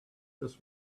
this